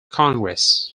congress